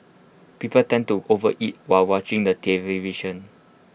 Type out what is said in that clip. people tend to overeat while watching the television